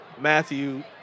Matthew